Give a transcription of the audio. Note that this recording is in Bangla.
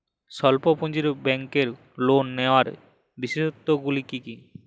স্বল্প পুঁজির ব্যাংকের লোন নেওয়ার বিশেষত্বগুলি কী কী?